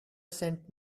sent